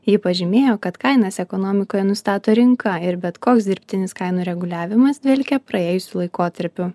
ji pažymėjo kad kainas ekonomikoje nustato rinka ir bet koks dirbtinis kainų reguliavimas dvelkia praėjusiu laikotarpiu